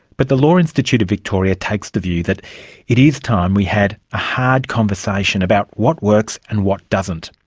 but the law institute of victoria takes the view that it is time we had a hard conversation about what works and what doesn't.